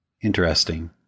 Interesting